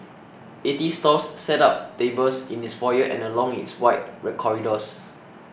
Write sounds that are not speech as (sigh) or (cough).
eighty stalls set up tables in its foyer and along its wide (unintelligible) corridors